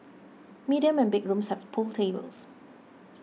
medium and big rooms have pool tables